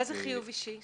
מה זה חיוב אישי?